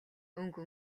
өнгө